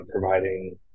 providing